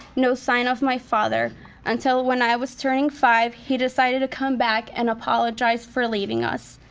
no sign of my father until when i was turning five he decided to come back and apologize for leaving us.